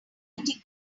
mighty